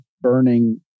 burning